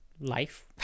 life